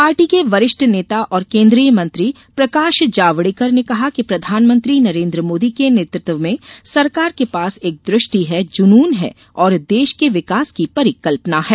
party के वरिष्ठ नेता और केन्द्रीय मंत्री प्रकाश जावड़ेकर ने कहा कि प्रधानमंत्री नरेन्द्र मोदी के नेतृत्व में सरकार के पास एक दृष्टि हैजूनुन है और देश के विकास की परिकल्पना है